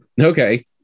Okay